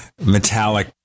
metallic